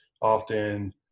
often